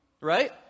Right